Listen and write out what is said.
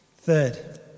Third